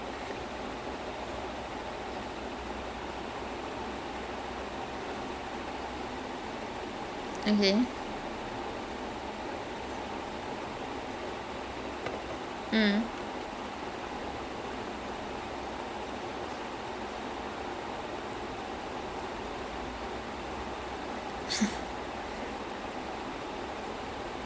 அப்புறம் ஒரு:appuram oru scene இருக்கும்:irukum okay அவன் வந்து:avan vanthu they'll be shooting at this guy like all the villians will be having guns then shiva is a police officer then he have this table out like to defend himself then suddenly he'll turn to them and ask நம்ம கை காலு எல்லாம்:namma kai kaal ellaam exposed இருக்கு சுட வேண்டியது தான:irukku suda vaendiyathu thaana then they'll be like sir சுட்டா பட்டுடும்:suttaa pattudum sir then suddenly he's like !wah! ஆமால்லா:amallaa right right